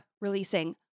releasing